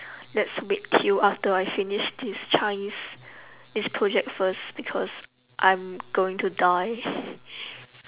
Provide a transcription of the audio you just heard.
let's wait till after I finish this chinese this project first because I'm going to die